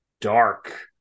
dark